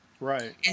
Right